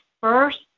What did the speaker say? first